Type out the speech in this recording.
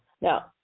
Now